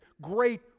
great